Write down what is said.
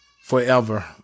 forever